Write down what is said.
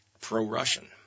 pro-Russian